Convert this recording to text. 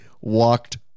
walked